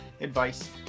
advice